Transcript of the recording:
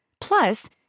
Plus